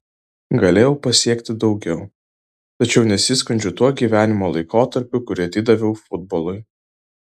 galėjau pasiekti daugiau tačiau nesiskundžiu tuo gyvenimo laikotarpiu kurį atidaviau futbolui